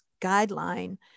guideline